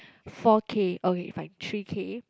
four K okay if I three K